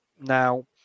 Now